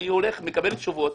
אני הולך ואני מקבל תשובות.